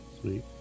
Sweet